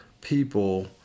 people